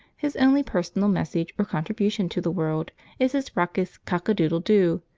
his only personal message or contribution to the world is his raucous cock-a-doodle-doo,